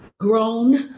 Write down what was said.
grown